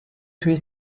توی